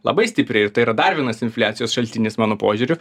labai stipriai ir tai yra dar vienas infliacijos šaltinis mano požiūriu